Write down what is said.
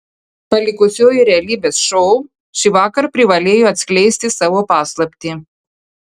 palikusioji realybės šou šįvakar privalėjo atskleisti savo paslaptį